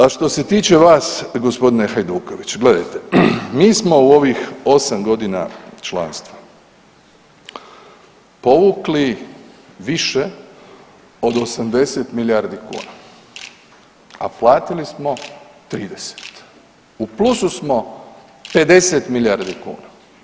A što se tiče vas gospodine Hajdukoviću, gledajte mi smo u ovih 8 godina članstva povukli više od 80 milijardi kuna, a platili smo 30, u plusu smo 50 milijardi kuna.